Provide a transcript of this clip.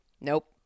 Nope